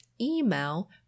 email